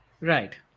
Right